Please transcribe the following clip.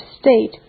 state